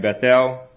Bethel